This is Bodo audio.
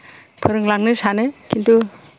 फोरोंलांनो सानो किन्तु